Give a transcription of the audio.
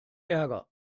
ärger